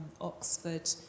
Oxford